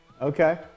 Okay